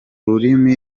rurimi